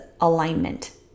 alignment